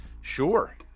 Sure